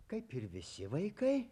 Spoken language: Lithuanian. kaip ir visi vaikai